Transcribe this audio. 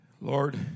Lord